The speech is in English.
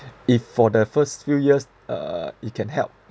if for the first few years uh it can help